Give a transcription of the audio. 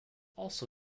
also